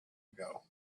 ago